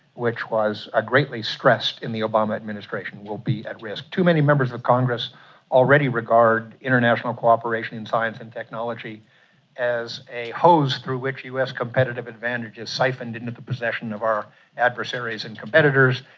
which was ah greatly stressed in the obama administration, will be at risk. too many members of the congress already regarded international cooperation in science and technology as a hose through which us competitive advantage is siphoned into the possession of our adversaries and competitors.